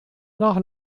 nach